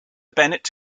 bennet